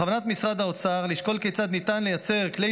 בכוונת משרד האוצר לשקול כיצד ניתן לייצר כלי